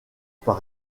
par